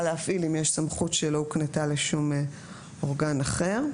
להפעיל אם יש סמכות שלא הוקנתה לשום אורגן אחר.